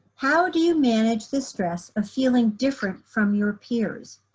how do you manage the stress of feeling different from your peers?